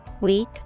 weak